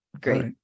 Great